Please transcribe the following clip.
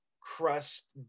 crust